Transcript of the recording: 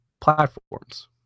platforms